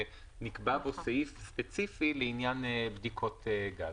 ונקבע בו סעיף ספציפי לעניין בדיקות גז.